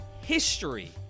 history